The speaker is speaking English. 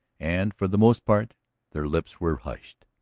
and for the most part their lips were hushed.